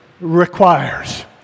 requires